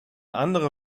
andere